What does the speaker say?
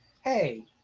hey